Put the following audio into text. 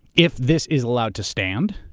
if this is allowed to stand,